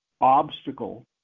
obstacle